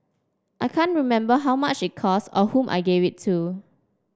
I can't remember how much it costs or whom I gave it to